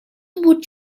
would